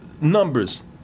numbers